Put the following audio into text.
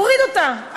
מוריד אותה.